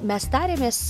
mes tarėmės